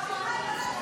מנסור עבאס,